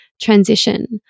transition